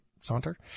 Saunter